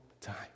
time